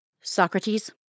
Socrates